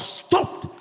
stopped